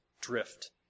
Drift